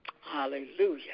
Hallelujah